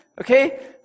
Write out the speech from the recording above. Okay